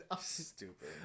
stupid